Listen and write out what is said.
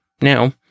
now